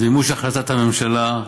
זה במימוש החלטת הממשלה,